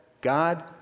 God